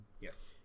Yes